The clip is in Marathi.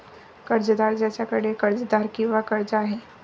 कर्जदार ज्याच्याकडे कर्जदार किंवा कर्ज आहे